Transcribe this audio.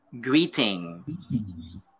Greeting